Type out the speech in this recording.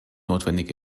notwendig